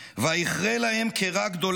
"ויכרה להם כרה גדולה,